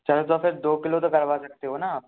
चलो तो फिर दो किलो तो करवा सकते हो ना आप